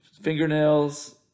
fingernails